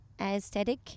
aesthetic